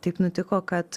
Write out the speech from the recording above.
taip nutiko kad